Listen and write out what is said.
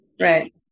right